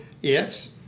Yes